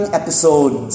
episode